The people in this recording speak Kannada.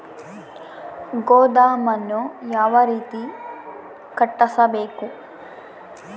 ಗೋದಾಮನ್ನು ಯಾವ ರೇತಿ ಕಟ್ಟಿಸಬೇಕು?